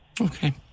Okay